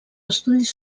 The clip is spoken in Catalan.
estudis